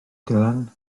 dylan